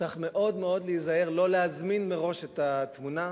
צריך מאוד מאוד להיזהר לא להזמין מראש את התמונה.